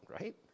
right